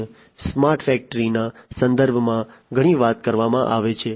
0 smart ફેક્ટરીના સંદર્ભમાં ઘણી વાત કરવામાં આવે છે